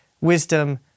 wisdom